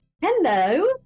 Hello